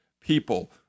people